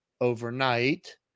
overnight